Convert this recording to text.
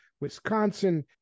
Wisconsin